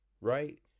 right